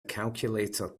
calculator